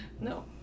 No